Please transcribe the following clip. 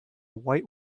white